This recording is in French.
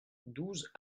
douze